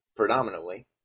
Predominantly